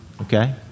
okay